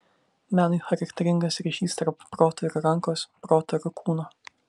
menui charakteringas ryšys tarp proto ir rankos proto ir kūno